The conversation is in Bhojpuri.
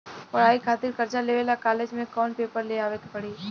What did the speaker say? पढ़ाई खातिर कर्जा लेवे ला कॉलेज से कौन पेपर ले आवे के पड़ी?